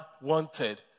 wanted